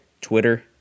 Twitter